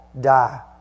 Die